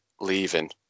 leaving